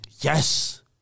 Yes